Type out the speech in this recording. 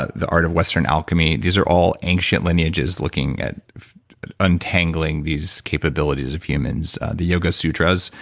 ah the art of western alchemy these are all ancient lineages looking at untangling these capabilities of humans, the yoga sutras.